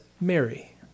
Mary